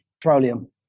Petroleum